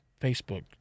Facebook